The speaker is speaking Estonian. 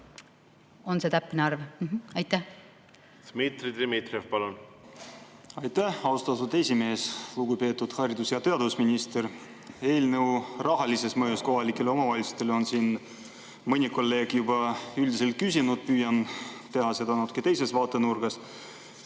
On see täpne arv? Dmitri Dmitrijev, palun! Aitäh, austatud esimees! Lugupeetud haridus- ja teadusminister! Eelnõu rahalise mõju kohta kohalikele omavalitsustele on siin mõni kolleeg juba küsinud, püüan teha seda natuke teisest vaatenurgast.